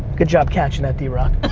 good job catching that, drock.